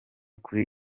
kuri